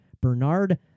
Bernard